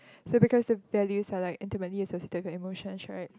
so because the values are like intimately associated to your emotions right